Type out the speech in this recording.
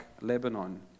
Lebanon